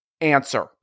answer